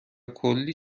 کلی